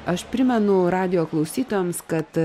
aš primenu radijo klausytojams kad